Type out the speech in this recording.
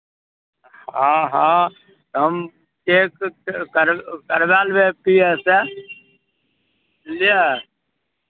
हँ हँ तऽ हम चेक कर करवा लेबै पी ए सँ बुझलियै